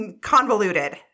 convoluted